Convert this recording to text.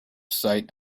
sight